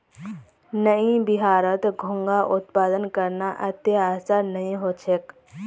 नइ बिहारत घोंघा उत्पादन करना अत्ते आसान नइ ह छेक